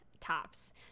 tops